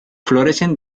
florecen